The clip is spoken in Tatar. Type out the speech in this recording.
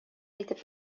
итеп